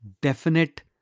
definite